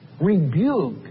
Rebuke